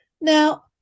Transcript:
Now